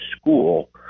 school